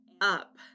up